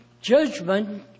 judgment